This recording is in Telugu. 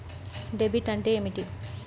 డెబిట్ అంటే ఏమిటి?